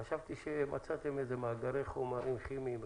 חשבתי שמצאתם איזה מאגרי חומרים כימיים.